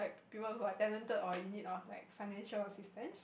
people who are talented or in need of financial assistance